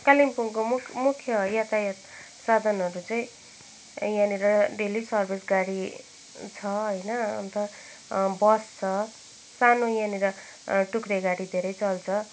कालिम्पोङको मुख मुख्य यातायात साधनहरू चाहिँ यहाँनिर डेली सर्विस गाडी छ होइन अन्त बस छ सानो यहाँनिर टुक्रे गाडी धेरै चल्छ